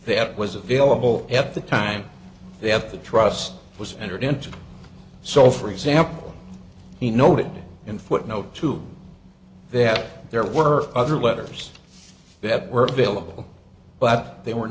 that was available at the time they have to trust was entered into so for example he noted in footnote to that there were other letters that were available but they were